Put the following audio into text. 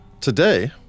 Today